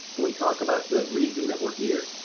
we talk about the reason that we're here?